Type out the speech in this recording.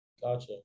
Gotcha